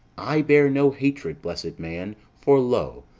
i bear no hatred, blessed man, for, lo,